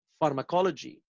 pharmacology